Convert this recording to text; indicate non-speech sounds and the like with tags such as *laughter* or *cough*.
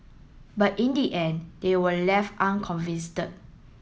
but in the end they were left unconvince *unintelligible*